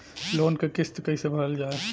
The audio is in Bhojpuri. लोन क किस्त कैसे भरल जाए?